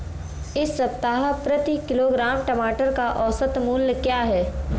इस सप्ताह प्रति किलोग्राम टमाटर का औसत मूल्य क्या है?